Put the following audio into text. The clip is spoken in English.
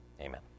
Amen